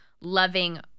loving